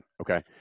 Okay